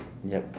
yup